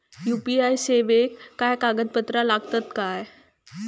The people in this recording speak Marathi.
यू.पी.आय सेवाक काय कागदपत्र लागतत काय?